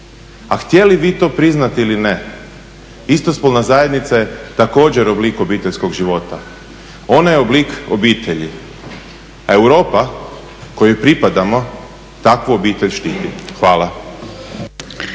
A htjeli vi to priznati ili ne istospolna zajednica je također oblik obiteljskog života. Ona je oblik obitelji. A Europa kojoj pripadamo takvu obitelj štiti. Hvala.